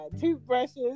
toothbrushes